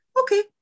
Okay